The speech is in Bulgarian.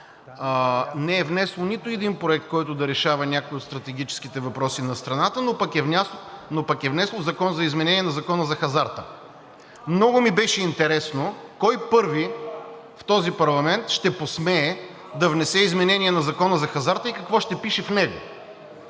не е внесло нито един проект, който да решава някои от стратегическите въпроси на страната, но пък е внесло Закон за изменение на Закона за хазарта. Много ми беше интересно кой първи в този парламент ще посмее да внесе изменение на Закона за хазарта и какво ще пише в него?!